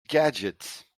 gadget